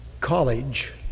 college